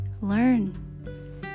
learn